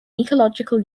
ecological